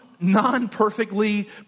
Non-perfectly